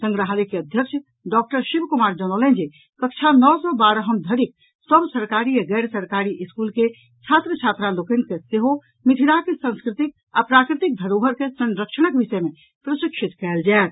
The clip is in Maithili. संग्राहलय के अध्यक्ष डॉक्टर शिव कुमार जनौलनि जे कक्षा नओ सँ बारहम धरिक सभ सरकारी आ गैर सरकारी स्कूल के छात्र छात्रा लोकनि के सेहो मिथिलाक सांस्कृतिक आ प्राकृतिक धरोहर के संरक्षणकक विषय मे प्रशिक्षित कयल जायत